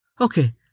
Okay